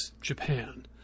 Japan